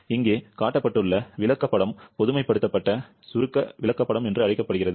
இங்கே காட்டப்பட்டுள்ள விளக்கப்படம் பொதுமைப்படுத்தப்பட்ட சுருக்க விளக்கப்படம் என்று அழைக்கப்படுகிறது